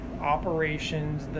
operations